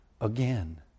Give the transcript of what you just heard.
again